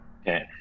okay